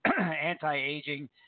anti-aging